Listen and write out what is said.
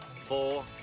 Four